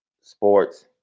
sports